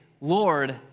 Lord